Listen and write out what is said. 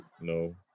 No